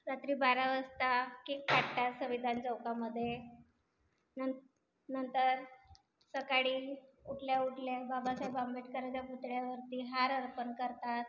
रात्री बारा वाजता केक कापतात संविधान चौकामध्ये नंत नंतर सकाळी उठल्या उठल्या बाबासाहेब आंबेडकरांच्या पुतळ्यावरती हार अर्पण करतात